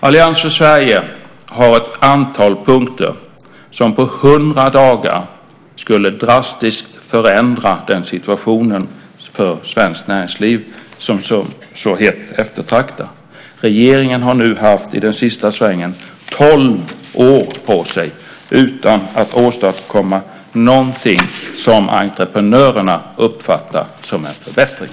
Allians för Sverige har ett antal punkter som på 100 dagar drastiskt skulle förändra situationen för svenskt näringsliv som så hett eftertraktas. Regeringen har nu i den sista svängen haft tolv år på sig utan att åstadkomma någonting som entreprenörerna uppfattar som en förbättring.